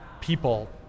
people